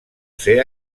ser